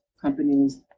companies